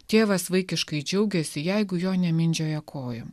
tėvas vaikiškai džiaugiasi jeigu jo nemindžioja kojo